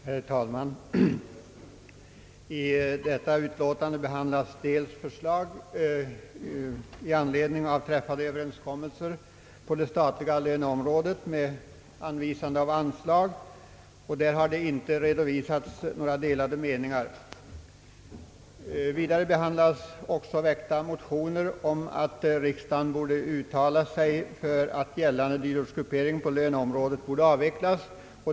Herr talman! I detta utlåtande behandlas förslag i anledning av träffade överenskommelser på det statliga löneområdet med anvisande av anslag, och där har inte redovisats några delade meningar. Vidare behandlas väckta motioner om att riksdagen borde uttala sig för att gällande dyrortsgruppering på löneområdet borde avvecklas.